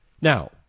Now